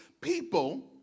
people